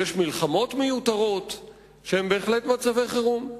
יש מלחמות מיותרות, שהן בהחלט מצבי חירום.